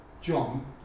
John